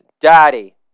Daddy